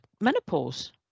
menopause